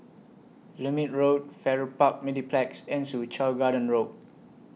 Lermit Road Farrer Park Mediplex and Soo Chow Garden Road